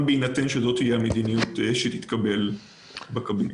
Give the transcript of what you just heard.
בהינתן שזאת תהיה המדיניות שתתקבל בקבינט,